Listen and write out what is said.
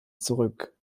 zurück